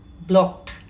blocked